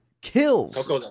kills